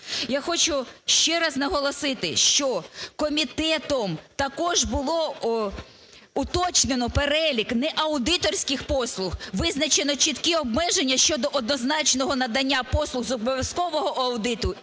Я хочу ще раз наголосити, що комітетом також було уточнено перелік не аудиторських послуг – визначено чіткі обмеження щодо однозначного надання послуг з обов'язкового аудиту